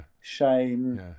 shame